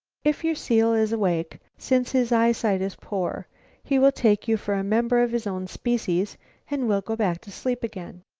if your seal is awake, since his eyesight is poor he will take you for a member of his own species and will go back to sleep again.